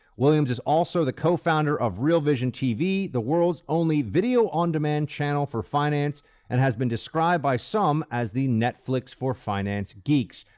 williams is also the co-founder of real vision tv, the world's only video on-demand channel for finance and has been described by some as the netflix for finance geeks.